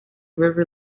river